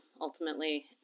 Ultimately